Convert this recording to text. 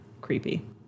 Creepy